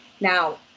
Now